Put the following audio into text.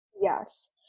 Yes